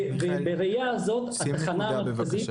ובראייה הזאת, התחנה המרכזית,